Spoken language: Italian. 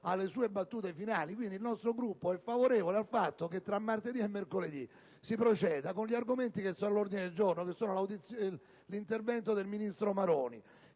alle sue battute finali. Quindi, il nostro Gruppo è favorevole al fatto che tra martedì e mercoledì si proceda esaminando gli argomenti all'ordine del giorno, cioè l'intervento del ministro Maroni,